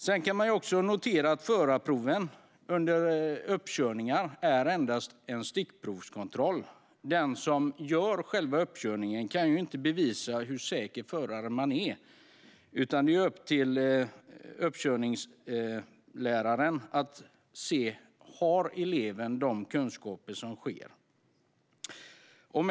Sedan kan man notera att förarprovet vid uppkörning endast är en stickprovskontroll. Den som gör själva uppkörningen kan ju inte bevisa hur säker förare man är, utan det är upp till uppkörningsläraren att se: Har eleven de kunskaper som krävs?